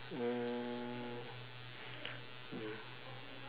mm